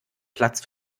platz